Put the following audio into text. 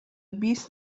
بیست